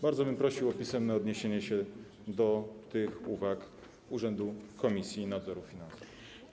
Bardzo bym prosił o pisemne odniesienie się do tych uwag Urzędu Komisji Nadzoru Finansowego.